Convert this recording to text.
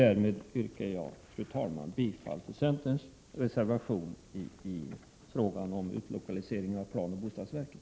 Därför yrkar jag, fru talman, bifall till centerns reservation i fråga om lokalisering av det nya planoch bostadsverket.